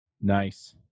Nice